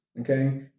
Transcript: okay